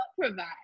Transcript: provide